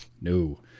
No